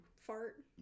Fart